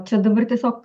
čia dabar tiesiog